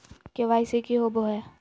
KYC की होबो है?